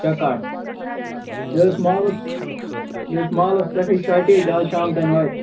شےٚ کٹھ یہِ ٲسۍ مالَس یہِ ٲسۍ مالَس پٮ۪ٹھٕے شاٹیج اَز شام تام واتہِ